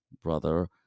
brother